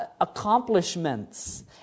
accomplishments